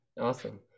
Awesome